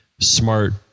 smart